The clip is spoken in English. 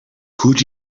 could